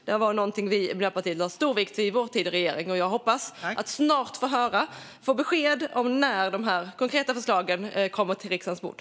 Detta är något som vi i Miljöpartiet lade stor vikt vid under vår tid i regeringen, och jag hoppas snart få besked om när dessa konkreta förslag läggs på riksdagens bord.